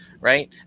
right